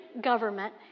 government